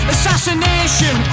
Assassination